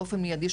באופן מיידי,